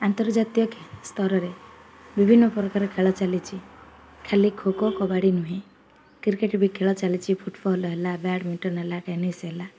ଆନ୍ତର୍ଜାତୀୟ ସ୍ତରରେ ବିଭିନ୍ନ ପ୍ରକାର ଖେଳ ଚାଲିଛି ଖାଲି ଖୋ ଖୋ କବାଡ଼ି ନୁହେଁ କ୍ରିକେଟ୍ ବି ଖେଳ ଚାଲିଛି ଫୁଟବଲ୍ ହେଲା ବ୍ୟାଡ଼ମିଣ୍ଟନ୍ ହେଲା ଟେନିସ୍ ହେଲା